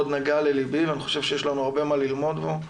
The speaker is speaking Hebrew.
נגע ללבי ואני חושב שיש לנו הרבה מה ללמוד בו,